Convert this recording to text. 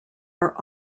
are